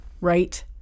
Right